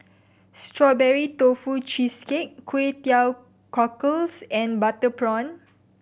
Strawberry Tofu Cheesecake Kway Teow Cockles and butter prawn